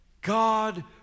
God